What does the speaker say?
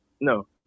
No